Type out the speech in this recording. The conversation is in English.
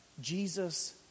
Jesus